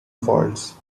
faults